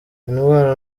indwara